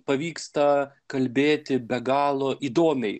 pavyksta kalbėti be galo įdomiai